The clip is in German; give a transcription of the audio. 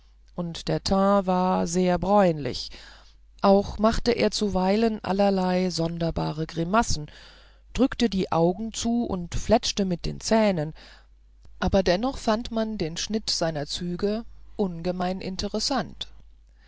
und der teint war sehr bräunlich auch machte er zuweilen allerlei sonderbare grimassen drückte die augen zu und fletschte mit den zähnen aber dennoch fand man den schnitt seiner züge ungemein interessant